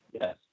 Yes